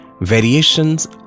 Variations